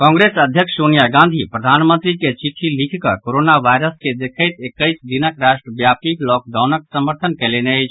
कांग्रेस अध्यक्ष सोनिया इंदिरा गांधी प्रधानमंत्री के चिठ्ठी लिखि कऽ कोरोना वायरस के देखैत एक्कैस दिनक राष्ट्रव्यापी लॉकडाउनक समर्थन कयलनि अछि